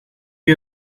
you